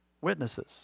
witnesses